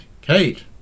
Kate